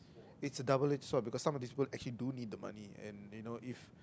it's a double edged sword because some of these people actually do need the money and you know if